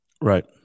Right